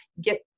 get